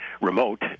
remote